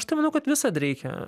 aš tai manau kad visad reikia